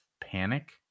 panic